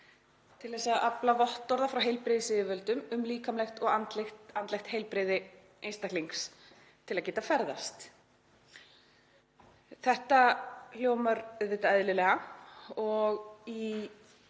til að afla vottorða frá heilbrigðisyfirvöldum um líkamlegt og andlegt heilbrigði einstaklings til að geta ferðast. Þetta hljómar auðvitað eðlilega og í